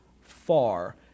far